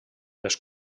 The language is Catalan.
les